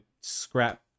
scrap